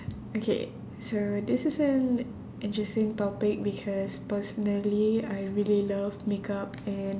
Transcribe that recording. okay so this is an interesting topic because personally I really love makeup and